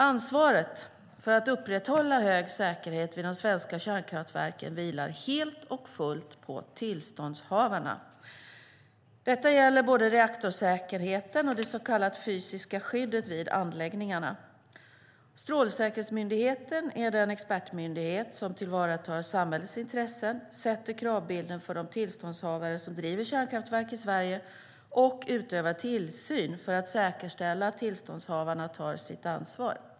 Ansvaret för att upprätthålla en hög säkerhet vid de svenska kärnkraftverken vilar helt och fullt på tillståndshavarna. Detta gäller både reaktorsäkerheten och det så kallade fysiska skyddet vid anläggningarna. Strålsäkerhetsmyndigheten är den expertmyndighet som tillvaratar samhällets intressen, sätter kravbilden för de tillståndshavare som driver kärnkraftverk i Sverige och utövar tillsyn för att säkerställa att tillståndshavarna tar sitt ansvar.